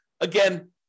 Again